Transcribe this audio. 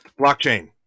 blockchain